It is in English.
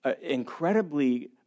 incredibly